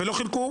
ולא חילקו?